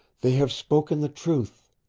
they have spoken the truth.